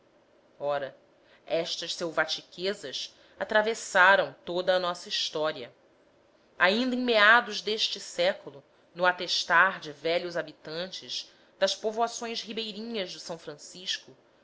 ora estas selvatiquezas atravessaram toda a nossa história ainda em meados deste século no atestar de velhos habitantes das povoações ribeirinhas do s francisco